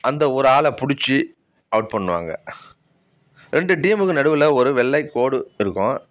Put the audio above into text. அந்த ஒரு ஆளை பிடிச்சி அவுட் பண்ணுவாங்க ரெண்டு டீமுக்கும் நடுவில் ஒரு வெள்ளை கோடு இருக்கும்